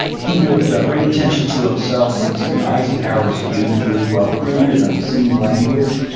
he would bring attention to himself at least in eisenhower's view through ah crude and obscene language.